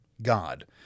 God